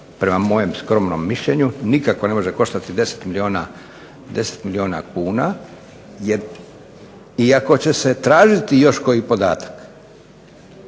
prema mojem skromnom mišljenju, nikako ne može koštati 10 milijuna kuna jer i ako će se tražiti još koji podatak